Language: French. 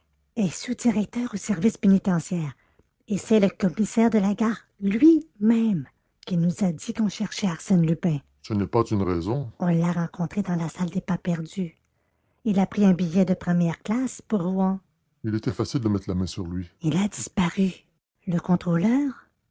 est sous-directeur aux services pénitentiaires et c'est le commissaire de la gare lui-même qui nous a dit qu'on cherchait arsène lupin ce n'est pas une raison on l'a rencontré dans la salle des pas-perdus il a pris un billet de première classe pour rouen il était facile de mettre la main sur lui il a disparu le contrôleur